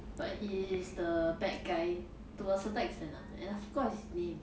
but he is the bad guy to a certain extent ah and I forgot his name